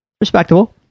respectable